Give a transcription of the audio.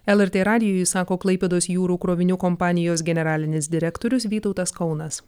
lrt radijui sako klaipėdos jūrų krovinių kompanijos generalinis direktorius vytautas kaunas